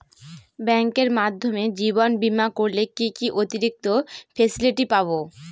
ব্যাংকের মাধ্যমে জীবন বীমা করলে কি কি অতিরিক্ত ফেসিলিটি পাব?